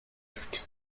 toutes